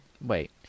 Wait